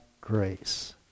grace